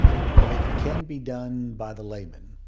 but it can be done by the layman.